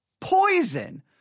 poison